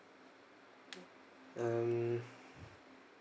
um